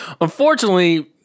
unfortunately